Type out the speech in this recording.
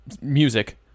music